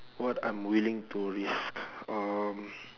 what I'm willing to risk um